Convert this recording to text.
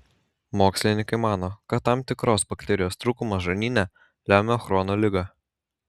mokslininkai mano kad tam tikros bakterijos trūkumas žarnyne lemia chrono ligą